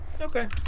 Okay